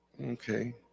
Okay